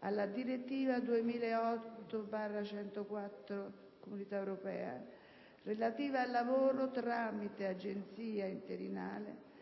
alla direttiva 2008/104/CE, relativa al lavoro tramite agenzia interinale,